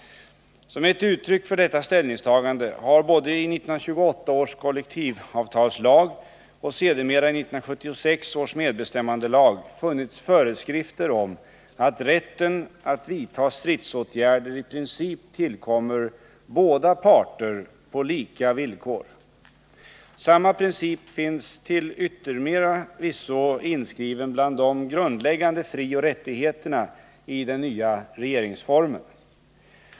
Som ett uttryck för detta ställningstagande har både i 1928 ärs kollektivavtalslag och sedermera i 1976 års medbestämmandelag funnits föreskrifter om att rätten att vidta stridsåtgärder i princip tillkommer båda parter på lika villkor. Samma princip finns till yttermera visso inskriven bland de grundläggande frioch rättigheterna i den nya regeringsformen.